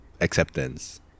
acceptance